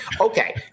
Okay